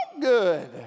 good